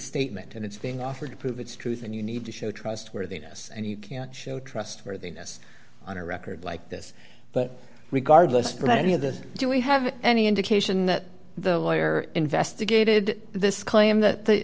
statement and it's being offered to prove its truth and you need to show trustworthiness and you can show trustworthiness on a record like this but regardless plenty of this do we have any indication that the lawyer investigated this claim that